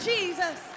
Jesus